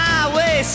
Highway